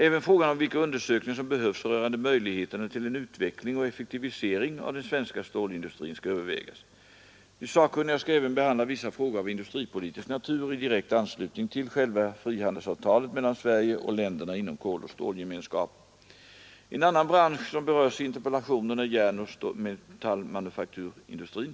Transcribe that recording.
Även frågan om vilka undersökningar som behövs rörande möjligheterna till en utveckling och effektivisering av den svenska stålindustrin skall övervägas. De sakkunniga skall även behandla vissa frågor av industripolitisk natur i direkt anslutning till själva frihandelsavtalet mellan Sverige och länderna inom Koloch stålgemenskapen. En annan bransch som berörs i interpellationen är järnoch metallmanufakturindustrin.